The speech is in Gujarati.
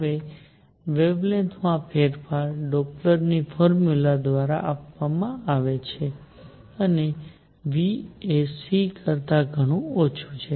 હવે વેવલેન્થમાં ફેરફાર ડોપ્લરની ફોર્મ્યુલા દ્વારા આપવામાં આવે છે અને v એ c કરતા ઘણું ઓછું છે